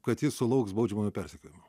kad jis sulauks baudžiamojo persekiojimo